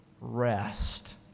rest